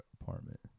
apartment